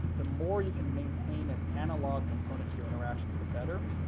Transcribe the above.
the more you can maintain an analog component to your interactions, the better.